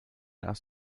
aus